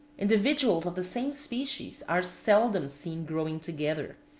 individuals of the same species are seldom seen growing together.